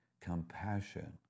compassion